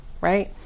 right